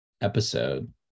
episode